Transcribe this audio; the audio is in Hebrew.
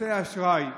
כרטיסי האשראי למיניהם,